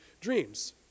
dreams